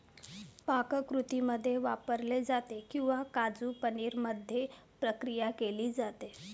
पाककृतींमध्ये वापरले जाते किंवा काजू पनीर मध्ये प्रक्रिया केली जाते